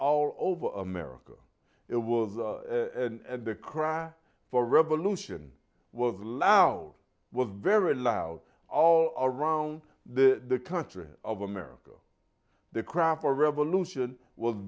our over america it was and the cry for revolution was loud was very loud all around the country of america the craft or revolution was